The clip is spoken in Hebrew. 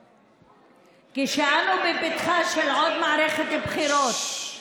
כשאנו בפתחה של עוד מערכת בחירות,